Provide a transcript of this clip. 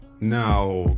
now